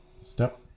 step